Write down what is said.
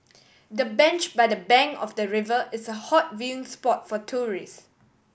the bench by the bank of the river is a hot viewing spot for tourist